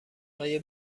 های